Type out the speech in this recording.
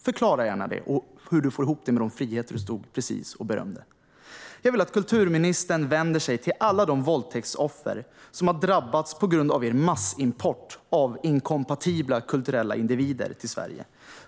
Förklara gärna det och hur du får ihop det med de friheter du precis stod och berömde. Jag vill att kulturministern vänder sig till alla de våldtäktsoffer som har drabbats på grund av er massimport av kulturellt inkompatibla individer till Sverige.